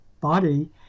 body